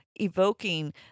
evoking